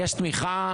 יש תמיכה.